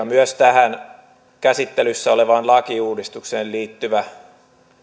myös tähän käsittelyssä olevaan lakiuudistukseen liittyvä